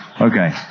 Okay